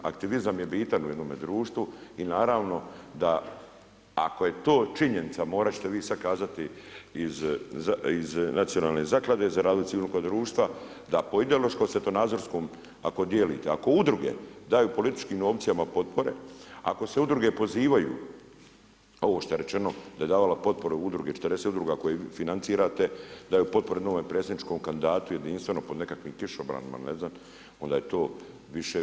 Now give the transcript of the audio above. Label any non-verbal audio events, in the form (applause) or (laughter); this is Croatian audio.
Aktivizam je bitan u jednome društvu i naravno da ako je to činjenica morat ćete sad vi kazati iz Nacionalne zaklade za razvoj civilnoga društva da po ideološkom svjetonazorskom ako dijelite, ako udruge daju političkim opcijama potpore, ako se udruge pozivaju ovo što je rečeno da je davala potpore udruge … (unintelligible) financirate daju potporu novom predsjedničkom kandidatu jedinstveno pod nekakvim kišobranima, ne znam onda je to više.